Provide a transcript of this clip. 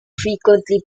frequently